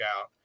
out